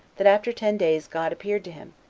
that after ten days god appeared to him,